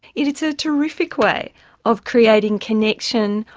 it is a terrific way of creating connection,